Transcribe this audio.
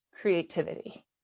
creativity